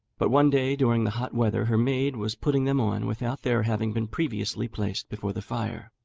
but one day during the hot weather her maid was putting them on without their having been previously placed before the fire.